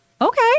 Okay